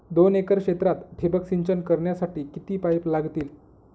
दोन एकर क्षेत्रात ठिबक सिंचन करण्यासाठी किती पाईप लागतील?